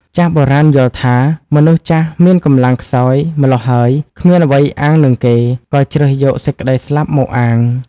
ចាស់បុរាណយល់ថា មនុស្សចាស់មានកម្លាំងខ្សោយ ម៉្លោះហើយគ្មានអ្វីអាងនឹងគេ ក៏ជ្រើសយកសេចក្ដីស្លាប់មកអាង ។